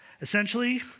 essentially